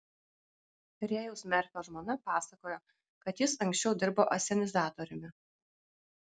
rėjaus merfio žmona pasakojo kad jis anksčiau dirbo asenizatoriumi